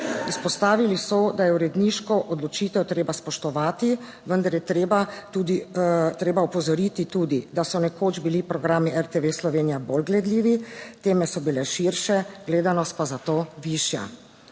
Izpostavili so, da je uredniško odločitev treba spoštovati, vendar je tudi treba opozoriti tudi, da so nekoč bili programi RTV Slovenija bolj gledljivi, teme so bile širše, gledanost pa zato višja.